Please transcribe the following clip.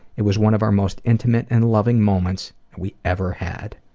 it was one of our most intimate and loving moments we ever had.